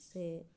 ᱥᱮ